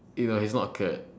ya he's not a kurt